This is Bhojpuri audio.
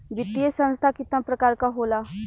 वित्तीय संस्था कितना प्रकार क होला?